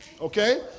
Okay